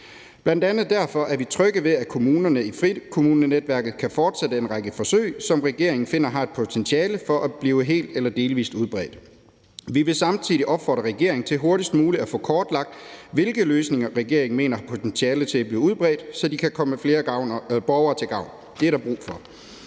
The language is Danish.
Bl.a. derfor er vi trygge ved, at kommunerne i frikommunenetværket kan fortsætte en række forsøg, som regeringen finder har potentiale til at blive helt eller delvis udbredt. Vi vil samtidig opfordre regeringen til hurtigst muligt at få kortlagt, hvilke løsninger regeringen mener har potentiale til at blive udbredt, så de kan komme flere borgere til gavn. Det er der brug for.